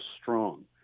strong